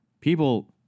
People